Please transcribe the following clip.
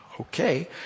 okay